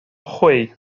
hwy